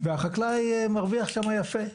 והחקלאי מרוויח שם יפה.